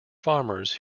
farmers